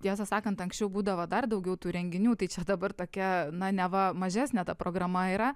tiesą sakant anksčiau būdavo dar daugiau tų renginių tai čia dabar tokia na neva mažesnė ta programa yra